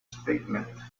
statement